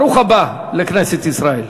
ברוך הבא לכנסת ישראל.